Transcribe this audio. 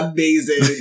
Amazing